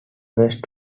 west